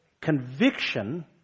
conviction